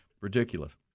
Ridiculous